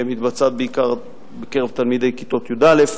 מתבצעת בעיקר בקרב תלמידי כיתות י"א,